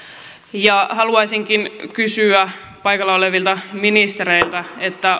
haluaisinkin kysyä paikalla olevilta ministereiltä